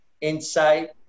insight